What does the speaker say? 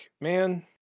man